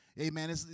amen